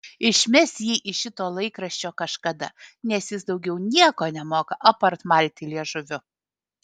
išmes jį iš šito laikraščio kažkada nes jis daugiau nieko nemoka apart malti liežuviu